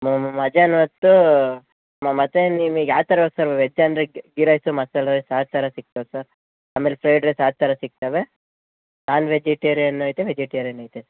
ಮಧ್ಯಾಹ್ನ ಹೊತ್ತೂ ಮತ್ತೆ ನಿಮಿಗೆ ಯಾವ ಥರ ಸರು ವೆಜ್ ಅಂದರೆ ಗೀ ರೈಸು ಮಸಾಲ ರೈಸ್ ಆ ಥರ ಸಿಗ್ತವೆ ಸರ್ ಆಮೇಲೆ ಫ್ರೈಡ್ ರೈಸ್ ಆ ಥರ ಸಿಗ್ತವೆ ನಾನ್ ವೆಜಿಟೇರಿಯನು ಐತೆ ವೆಜಿಟೇರಿಯನ್ ಐತೆ ಸರ್